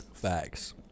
Facts